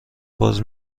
باز